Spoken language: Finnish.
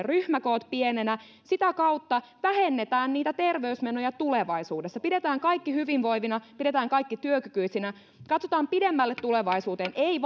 ryhmäkoot pienenä sitä kautta vähennetään niitä terveysmenoja tulevaisuudessa pidetään kaikki hyvinvoivina pidetään kaikki työkykyisinä katsotaan pidemmälle tulevaisuuteen ei